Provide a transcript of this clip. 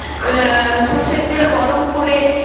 সরষের তেল গরম করে